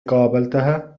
قابلتها